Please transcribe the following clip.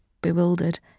bewildered